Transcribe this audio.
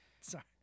Sorry